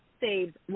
saves